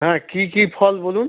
হ্যাঁ কী কী ফল বলুন